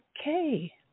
okay